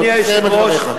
תסיים את דבריך.